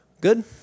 Good